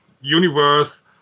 universe